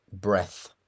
breath